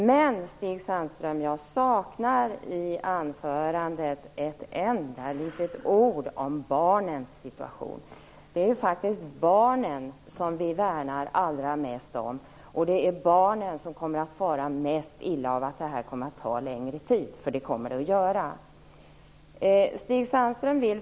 Men jag saknar i anförandet ett enda litet ord om barnens situation, Stig Sandström! Det är faktiskt barnen som vi värnar allra mest, och det är barnen som kommer att fara mest illa av att det här kommer att ta längre tid - för det kommer det att göra.